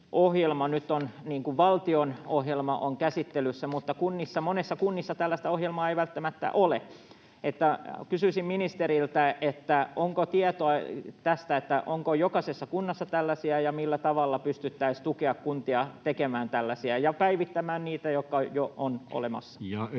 valtion ohjelma, on nyt käsittelyssä, mutta monissa kunnissa tällaista ohjelmaa ei välttämättä ole. Kysyisin ministeriltä: onko jokaisessa kunnassa tällaisia, ja millä tavalla pystyttäisiin tukemaan kuntia tekemään tällaisia ja päivittämään niitä, jotka jo ovat olemassa?